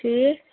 ٹھیٖک